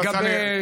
לגבי